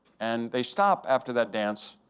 and they stop after that dance,